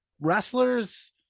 wrestlers